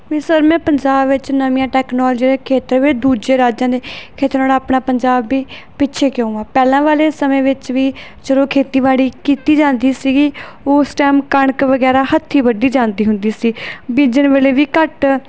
ਵੀ sir ਮੈਂ ਪੰਜਾਬ ਵਿੱਚ ਨਵੀਆਂ ਟੈਕਨੋਲਜੀਆਂ ਦੇ ਖੇਤਰ ਵਿੱਚ ਦੂਜੇ ਰਾਜਾਂ ਦੇ ਖੇਤਰਾਂ ਨਾਲੋਂ ਆਪਣਾ ਪੰਜਾਬ ਵੀ ਪਿੱਛੇ ਕਿਉਂ ਆ ਪਹਿਲਾਂ ਵਾਲੇ ਸਮੇਂ ਵਿੱਚ ਵੀ ਜਦੋਂ ਖੇਤੀਬਾੜੀ ਕੀਤੀ ਜਾਂਦੀ ਸੀਗੀ ਉਸ ਟੈਮ ਕਣਕ ਵਗੈਰਾ ਹੱਥੀਂ ਵੱਡੀ ਜਾਂਦੀ ਹੁੰਦੀ ਸੀ ਬੀਜਣ ਵੇਲੇ ਵੀ ਘੱਟ